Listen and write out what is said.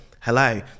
hello